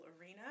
arena